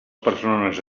persones